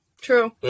True